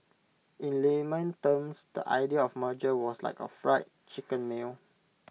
in layman terms the idea of merger was like A Fried Chicken meal